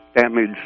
damage